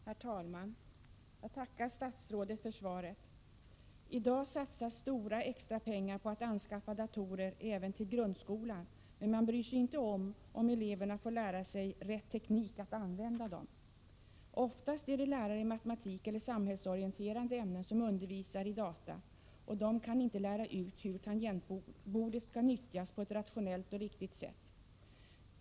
Herr talman! Jag tackar statsrådet för svaret. I dag satsas stora extra pengar på att anskaffa datorer även till grundskolan. Men man bryr sig inte om ifall eleverna får lära sig rätt teknik att använda datorerna. Oftast är det lärare i matematik eller samhällsorienterande ämnen som undervisar i data, och de kan inte lära ut hur tangentbordet skall nyttjas på ett rationellt och riktigt sätt.